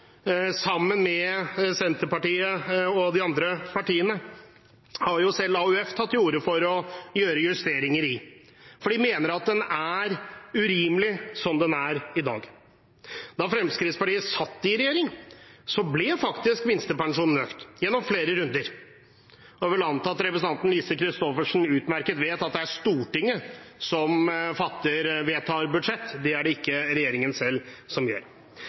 sammen med Senterpartiet og de andre partiene, er urimelig som den er i dag. AUF har selv tatt til orde for å gjøre justeringer i den. Da Fremskrittspartiet satt i regjering, ble faktisk minstepensjonen økt gjennom flere runder. Jeg vil anta at representanten Lise Christoffersen utmerket godt vet at det er Stortinget som vedtar budsjett, det er det ikke regjeringen selv som gjør.